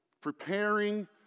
preparing